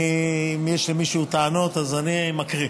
אם יש למישהו טענות, אז אני מקריא,